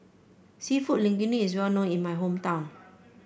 seafood Linguine is well known in my hometown